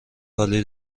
عالی